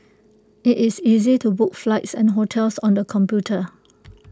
IT is easy to book flights and hotels on the computer